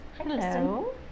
Hello